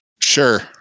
Sure